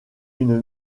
une